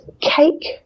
cake